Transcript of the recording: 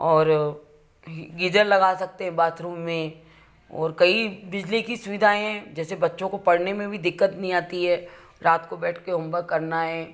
और गीजर लगा सकते हैं बाथरूम में और कई बिजली की सुविधाएँ हैं जैसे बच्चों को पढ़ने में भी दिक्कत नहीं आती है रात को बैठ के हॉमवर्क करना है